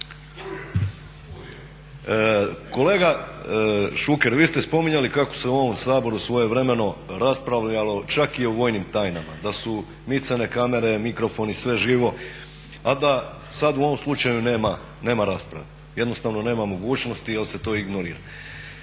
Kolega Šuker vi ste spominjali kako se u ovom Saboru svojevremeno raspravljalo čak i o vojnim tajnama. Da su micane kamere, mikrofoni, sve živo, a da sad u ovom slučaju nema rasprave, jednostavno nema mogućnosti jer se to ignorira.